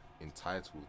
entitled